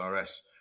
RS